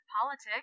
politics